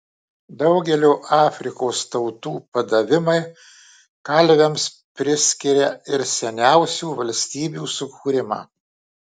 daugelio afrikos tautų padavimai kalviams priskiria ir seniausių valstybių sukūrimą